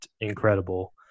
incredible